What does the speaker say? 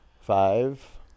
five